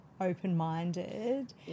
open-minded